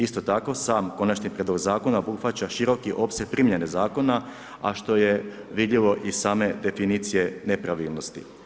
Isto tako sam konačni prijedlog zakona obuhvaća široki opseg primjene zakona a što je vidljivo i iz same definicije nepravilnosti.